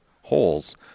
holes